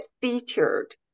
featured